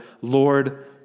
Lord